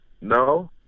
no